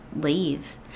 leave